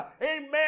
Amen